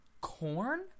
corn